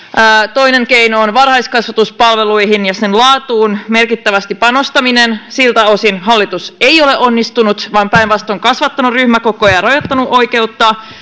toinen keino on varhaiskasvatuspalveluihin ja sen laatuun merkittävästi panostaminen siltä osin hallitus ei ole onnistunut vaan päinvastoin kasvattanut ryhmäkokoja ja rajoittanut oikeutta